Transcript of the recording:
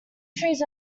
trees